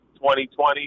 2020